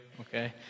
Okay